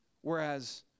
Whereas